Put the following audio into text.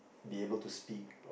be able to speak